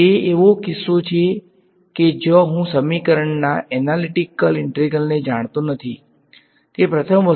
તે એવો કિસ્સો છે કે જ્યાં હું સમીકરણના એનાલીટીકલ ઈંટેગ્રલને જાણતો નથી તે પ્રથમ વસ્તુ છે